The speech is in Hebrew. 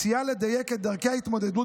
היא מציעה לדייק את דרכי ההתמודדות